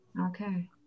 Okay